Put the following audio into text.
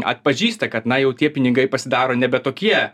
atpažįsta kad na jau tie pinigai pasidaro nebe tokie